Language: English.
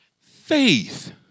faith